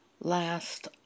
last